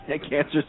cancer